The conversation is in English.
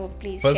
please